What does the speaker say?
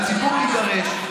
הציבור יעניש אתכם.